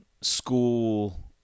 school